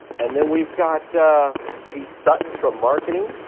and then we've got pete sutton from marketing.